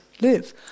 live